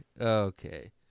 Okay